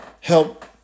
help